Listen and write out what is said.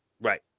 Right